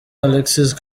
alexis